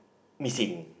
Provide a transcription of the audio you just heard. missing